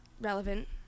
relevant